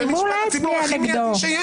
הציבור לא יצביע נגדו.